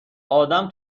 آدم